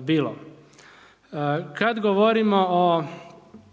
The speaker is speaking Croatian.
bilo. Kada govorimo o